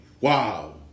wow